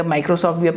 Microsoft